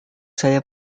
saya